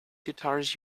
guitars